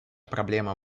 проблема